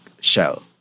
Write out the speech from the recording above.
Shell